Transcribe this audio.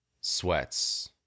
sweats